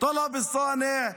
טלב אלסאנע,